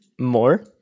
more